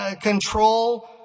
control